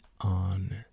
on